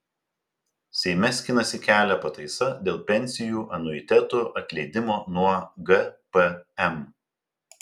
seime skinasi kelią pataisa dėl pensijų anuitetų atleidimo nuo gpm